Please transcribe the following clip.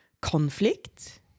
conflict